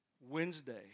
Wednesday